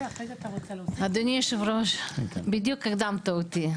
אדוני היושב-ראש, בדיוק הקדמת אותי.